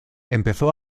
empezó